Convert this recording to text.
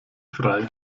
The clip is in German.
frei